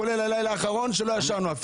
כולל הלילה האחרון שלא ישנו.